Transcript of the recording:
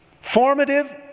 formative